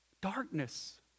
darkness